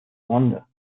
wonder